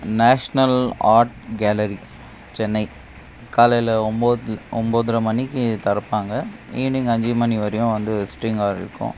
national art gallery Chennai காலையில் ஒம்போது ஒம்போதரை மணிக்கு திறப்பாங்க ஈவினிங் அஞ்சு மணி வரையும் வந்து விஸ்டிங் அவர் இருக்கும்